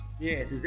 Yes